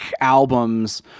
albums